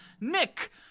Nick